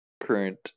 current